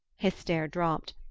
his stare dropped.